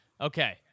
Okay